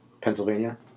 Pennsylvania